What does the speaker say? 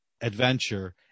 adventure